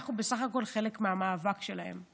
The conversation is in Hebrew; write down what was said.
ואנחנו בסך הכול חלק מהמאבק שלהן.